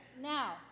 Now